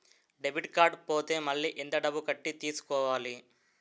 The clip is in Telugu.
డెబిట్ కార్డ్ పోతే మళ్ళీ ఎంత డబ్బు కట్టి తీసుకోవాలి?